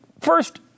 first